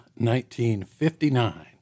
1959